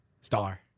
star